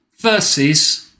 versus